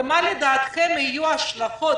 ומה לדעתכם יהיו ההשלכות?